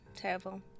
terrible